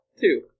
Two